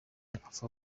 apfa